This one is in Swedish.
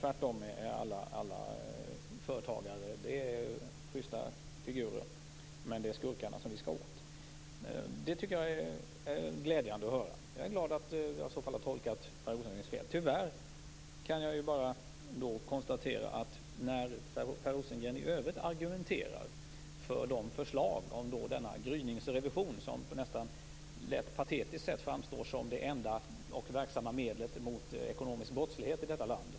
Tvärtom är företagarna schysta personer, men vi skall sätta åt skurkarna. Jag tycker att det är glädjande att höra. Jag är glad över att jag i så fall har tolkat Per Rosengren felaktigt. Jag kan tyvärr konstatera att det när Per Rosengren i övrigt argumenterar till förmån för förslaget om gryningsrevision dock lätt patetiskt framstår som om detta vore nästan det enda verksamma medlet mot ekonomisk brottslighet i vårt land.